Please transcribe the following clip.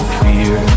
fear